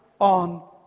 on